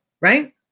right